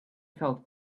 felt